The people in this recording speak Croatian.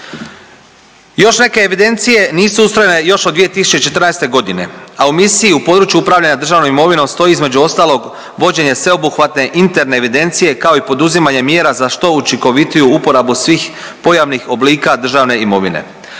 Još neke evidencije nisu ustrojene još od 2014.g., a u misiji u području upravljanja državnom imovinom stoji između ostalog vođenje sveobuhvatne interne evidencije, kao i poduzimanje mjera za što učinkovitiju uporabu od svih pojavnih oblika državne imovine,